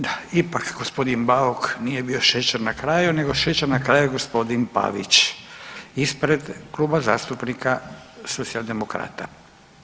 Da, ipak gospodin Bauk nije bio šećer na kraju, nego šećer na kraju je gospodin Pavić, ispred Kluba zastupnika socijaldemokrata.